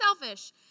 selfish